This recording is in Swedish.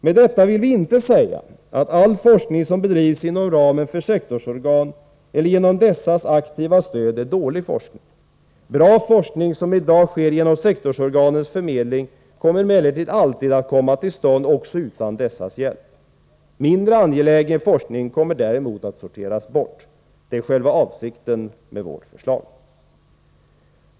Med detta vill vi inte säga att all forskning som bedrivs inom ramen för sektorsorgan eller genom dessas aktiva stöd är dålig forskning. Bra forskning som i dag sker genom sektorsorganens förmedling kommer emellertid alltid att komma till stånd också utan dessas hjälp. Mindre angelägen forskning kommer däremot att sorteras bort. Det är själva avsikten med vårt förslag.